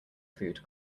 food